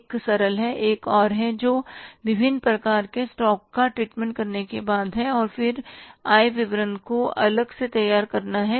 एक सरल एक और है जो विभिन्न प्रकार के स्टॉक्स का ट्रीटमेंट करने के बाद है और फिर आय विवरण को अलग से तैयार करना है